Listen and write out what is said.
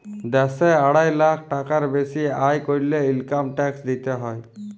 দ্যাশে আড়াই লাখ টাকার বেসি আয় ক্যরলে ইলকাম ট্যাক্স দিতে হ্যয়